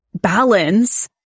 balance